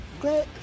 great